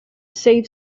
save